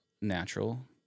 natural